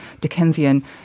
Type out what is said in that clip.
Dickensian